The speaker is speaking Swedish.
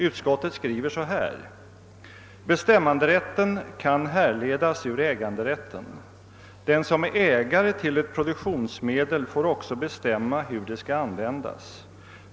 Utskottet skriver där bl.a. följande: >»Bestämmanderätten kan härledas ur äganderätten. Den som är ägare till ett produktionsmedel får också bestämma hur det skall användas.